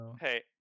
Hey